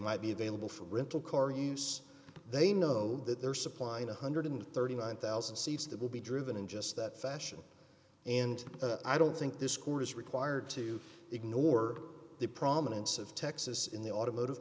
might be available for rental car use they know that they're supplying one hundred and thirty nine thousand seats that will be driven in just that fashion and i don't think this court is required to ignore the prominence of texas in the automotive